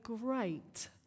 great